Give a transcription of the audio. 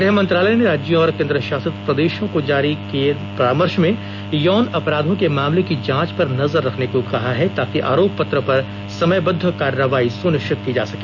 गृह मंत्रालय ने राज्यों और केंद्रशासित प्रदेशों को जारी नये परामर्श में यौन अपराधों के मामले की जांच पर नजर रखने को भी कहा है ताकि आरोप पत्र पर समयबद्ध कार्रवाई सुनिश्चित की जा सके